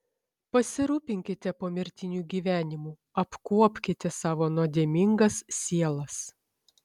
pasirūpinkite pomirtiniu gyvenimu apkuopkite savo nuodėmingas sielas